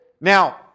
Now